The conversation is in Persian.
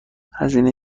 هزینه